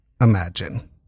Imagine